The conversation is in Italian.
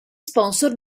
sponsor